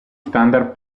standard